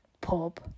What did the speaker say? pub